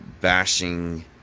bashing